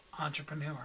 entrepreneur